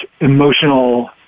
emotional